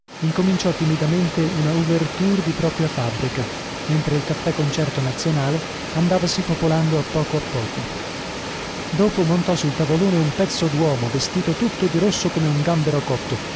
incominciò timidamente una ouverture di propria fabbrica mentre il caffè-concerto nazionale andavasi popolando a poco a poco dopo montò sul tavolone un pezzo duomo vestito tutto di rosso come un gambero cotto